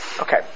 Okay